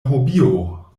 hobio